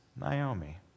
Naomi